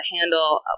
handle